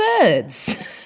birds